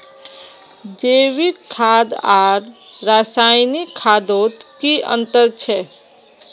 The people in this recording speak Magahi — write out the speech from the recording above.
जैविक खाद आर रासायनिक खादोत की अंतर छे?